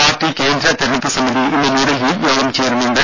party കേന്ദ്ര തെരഞ്ഞെടുപ്പ് സമിതി ഇന്ന് ന്യൂഡൽഹിയിൽ യോഗം ചേരുന്നുണ്ട്